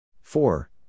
Four